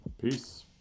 Peace